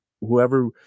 whoever